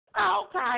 Okay